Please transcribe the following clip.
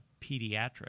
pediatrics